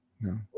No